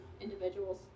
individuals